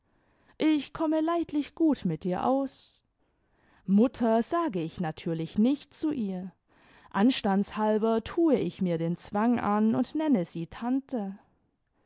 ich komme leidlich gut mit ihr aus mutter sage ich natürlich nicht zu ihr anstandshal'ber tue ich mir den zwang an und nemie sie tante